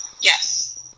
Yes